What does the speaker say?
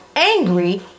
Angry